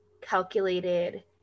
calculated